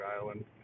Island